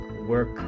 work